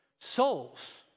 souls